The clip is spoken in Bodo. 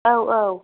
औ औ